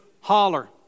holler